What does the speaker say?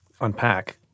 unpack